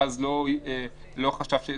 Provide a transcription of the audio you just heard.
מבחינת רז נזרי זה לא מהווה בעיה.